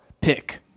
pick